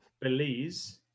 Belize